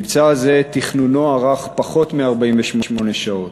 המבצע הזה, תכנונו ארך פחות מ-48 שעות,